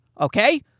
okay